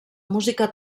música